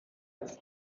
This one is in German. als